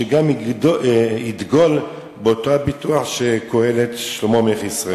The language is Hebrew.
שגם ידגול באותו הביטוח שקהלת שלמה מלך ישראל